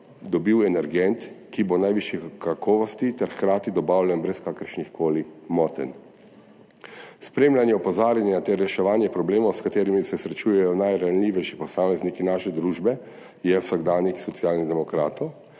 dobil energent, ki bo v najvišji kakovosti ter hkrati dobavljen brez kakršnihkoli motenj. Spremljanje opozarjanja ter reševanje problemov, s katerimi se srečujejo najranljivejši posamezniki naše družbe, je vsakdanjik Socialnih demokratov